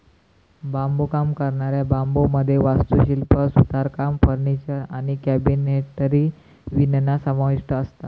बांबुकाम करणाऱ्या बांबुमध्ये वास्तुशिल्प, सुतारकाम, फर्निचर आणि कॅबिनेटरी विणणा समाविष्ठ असता